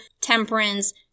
temperance